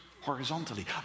horizontally